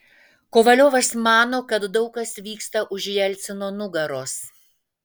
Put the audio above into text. kovaliovas mano kad daug kas vyksta už jelcino nugaros